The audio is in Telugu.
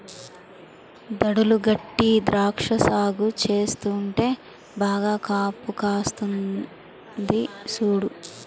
దడులు గట్టీ ద్రాక్ష సాగు చేస్తుంటే బాగా కాపుకాస్తంది సూడు